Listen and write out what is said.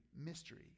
mystery